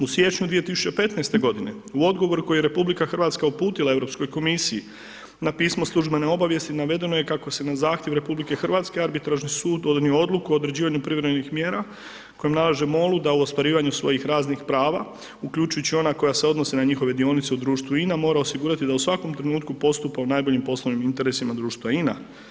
U siječnju 2015. godine u odgovoru koji je RH uputila Europskoj komisiji na pismo službene obavijesti navedeno je kako se na zahtjev RH arbitražni sud donio odluku o određivanju privremenih mjera kojim nalaže MOL-u da u ostvarivanju svojih raznih prava, uključujući i ona koja se odnose na njihove dionice u društvu INA mora osigurati da u svakom trenutku postupka u najboljim poslovnim interesima društva INA.